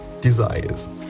desires